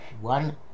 one